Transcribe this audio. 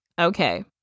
Okay